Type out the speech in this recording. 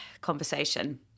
conversation